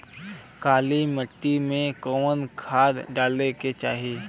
काली मिट्टी में कवन खाद डाले के चाही?